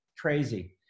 crazy